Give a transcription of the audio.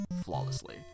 flawlessly